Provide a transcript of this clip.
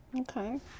okay